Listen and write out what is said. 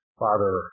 father